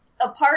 Apart